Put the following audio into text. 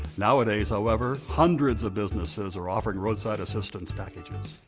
nowadays, however, hundreds of businesses are offering roadside assistance packages.